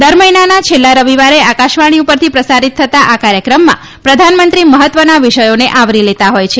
દર મહિનાના છેલ્લા રવિવારે આકાશવાણી પરથી પ્રસારિત થતા આ કાર્યક્રમમાં પ્રધાનમંત્રી મહત્વના વિષયોને આવરી લેતા હોય છે